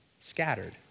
scattered